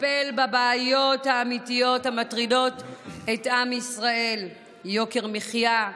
לטפל בבעיות האמיתיות המטרידות את עם ישראל: יוקר המחיה,